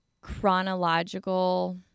chronological